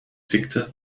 ziekte